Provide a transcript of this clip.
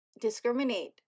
discriminate